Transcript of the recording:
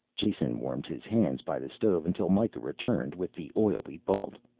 jason warmed his hands by the stove until mikah returned with the oily bolt,